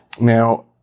Now